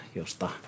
josta